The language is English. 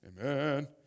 Amen